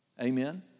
Amen